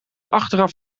achteraf